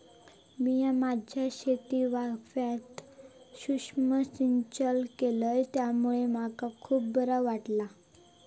मिया माझ्या शेतीवाफ्यात सुक्ष्म सिंचन केलय त्यामुळे मका खुप बरा वाटला